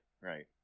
right